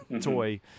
toy